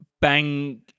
bang